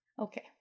Okay